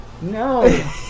No